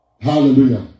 Hallelujah